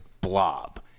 blob